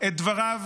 את דבריו